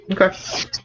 Okay